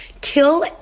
kill